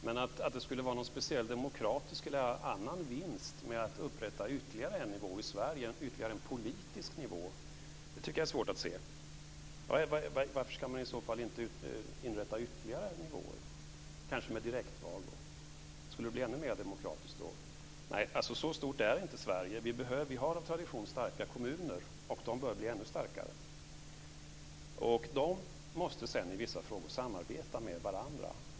Men att det skulle vara någon speciell demokratisk eller annan vinst med att upprätta ytterligare en politisk nivå tycker jag är svårt att se. Varför ska man i så fall inte inrätta ytterligare nivåer, kanske med direktval? Skulle det bli ännu mer demokratiskt då? Nej, så stort är inte Sverige. Vi har av tradition starka kommuner, och de bör bli ännu starkare. Och de måste sedan samarbeta med varandra i vissa frågor.